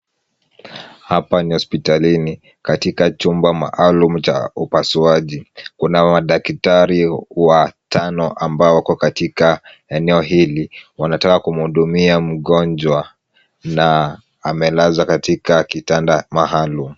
Hapa ni hospitalini katika chumba maalum cha upasuaji. Kuna wadaktari watano ambao wako katika eneo hili, wanataka kumhudumia mgonjwa na amelazwa katika kitanda maalum.